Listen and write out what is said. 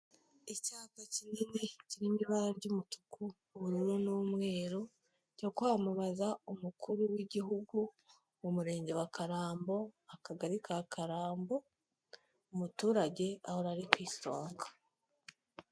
Icyapa kinini kiri mu ibara ry'umutuku, ubururu n'umweru ryo kwamamaza umukuru w'igihugu, mu murenge wa Karambo, Akagari ka Karambo, umuturage ahora ari ku isonga.